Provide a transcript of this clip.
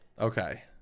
Okay